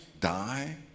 die